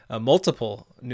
multiple